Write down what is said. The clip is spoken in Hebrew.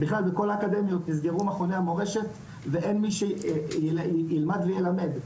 בכלל בכל האקדמיות נסגרו מכוני המורשת ואין מי שילמד ויילמד,